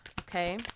Okay